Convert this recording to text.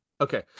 Okay